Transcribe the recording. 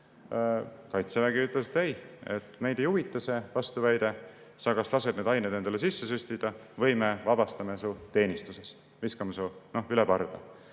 Kaitsevägi ütles: "Ei, meid ei huvita see vastuväide. Sa kas lased need ained endale sisse süstida või me vabastame su teenistusest, viskame su üle parda."